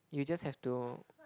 you just have to